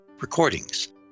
recordings